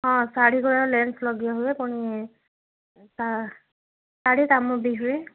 ହଁ ଶାଢ଼ୀଗୁଡ଼ାକରେ ଲେସ୍ ଲଗା ହୁଏ ପୁଣି ଶା ଶାଢ଼ୀ କାମ ବି ହୁଏ